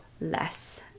less